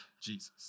Jesus